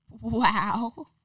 Wow